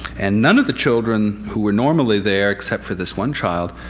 and none of the children who were normally there, except for this one child,